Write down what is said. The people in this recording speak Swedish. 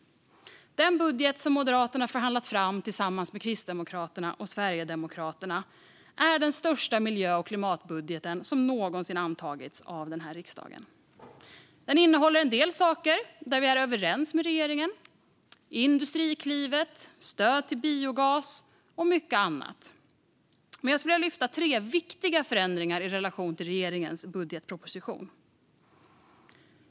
Den budget som Moderaterna har förhandlat fram tillsammans med Kristdemokraterna och Sverigedemokraterna är den största miljö och klimatbudget som någonsin har antagits av riksdagen. Den innehåller en del saker där vi är överens med regeringen - Industriklivet, stöd till biogas och mycket annat - men jag skulle ändå vilja lyfta tre viktiga förändringar i relation till regeringens budgetproposition.